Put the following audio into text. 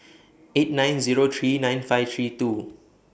eight nine Zero three nine five three two